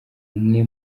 umwe